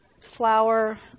flour